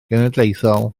genedlaethol